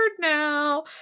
now